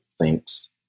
thinks